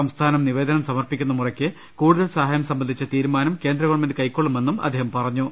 സംസ്ഥാനം നിവേദനം സമർപ്പിക്കുന്നമുറക്ക് കൂടു തൽ സഹായം സംബന്ധിച്ച തീരുമാനം കേന്ദ്ര ഗവൺമെന്റ കൈക്കൊള്ളുമെന്നും അദ്ദേഹം പറഞ്ഞു